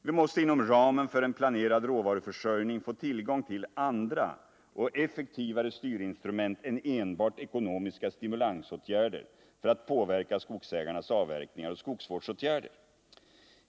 Vi måste inom ramen för en planerad råvaruförsörjning få tillgång till andra och effektivare styrinstrument än enbart ekonomiska stimulansåtgärder för att påverka skogsägarnas avverkningar och skogsvårdsåtgärder.